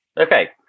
Okay